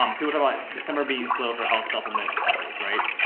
um do, what about december being slow for health supplement companies? right.